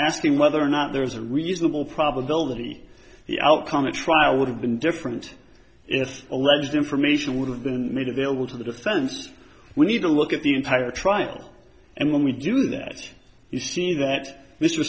asking whether or not there's a reasonable probability the outcome of the trial would have been different if alleged information would have been made available to the defense we need to look at the entire trial and when we do that you see that mr